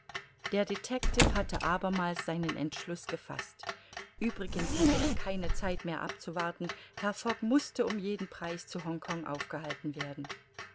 der detectiv hatte abermals seinen entschluß gefaßt uebrigens hatte er keine zeit mehr abzuwarten herr fogg mußte um jeden preis zu hongkong aufgehalten werden